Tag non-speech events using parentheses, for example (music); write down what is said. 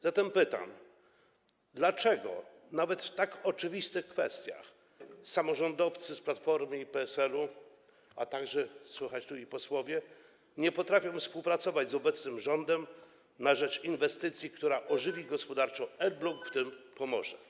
Zatem pytam: Dlaczego nawet w tak oczywistych kwestiach samorządowcy z Platformy i PSL-u, a także, jak tu słychać, posłowie, nie potrafią współpracować z obecnym rządem na rzecz inwestycji, która ożywi (noise) gospodarczo Elbląg, Pomorze?